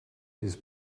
his